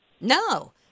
No